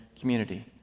community